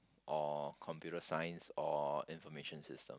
or computer science or information system